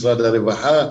משרד הרווחה,